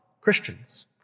Christians